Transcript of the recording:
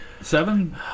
Seven